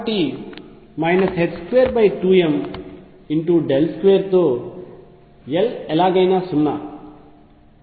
కాబట్టి 22m2 తో L ఎలాగైనా 0